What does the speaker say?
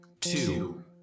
two